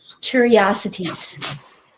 curiosities